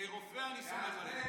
כרופא אני סומך עליך.